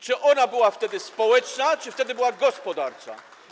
Czy ona była wtedy społeczna, czy wtedy była gospodarcza?